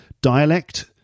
Dialect